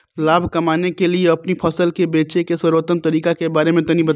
लाभ कमाने के लिए अपनी फसल के बेचे के सर्वोत्तम तरीके के बारे में तनी बताई?